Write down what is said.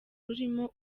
rurimo